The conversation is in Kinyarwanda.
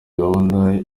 gahunda